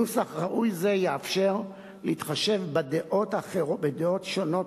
נוסח ראוי זה יאפשר להתחשב בדעות שונות